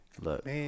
Look